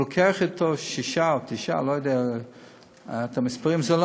ייקח אתו שישה או תשעה לא יודע מה המספרים,